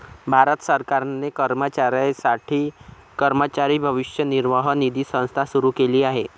भारत सरकारने कर्मचाऱ्यांसाठी कर्मचारी भविष्य निर्वाह निधी संस्था सुरू केली आहे